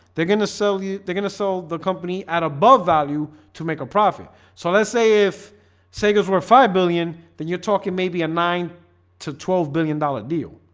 they're gonna sell you they're gonna sell the company at above value to make a profit so let's say if say goes were five billion, then you're talking maybe a nine to twelve billion dollar deal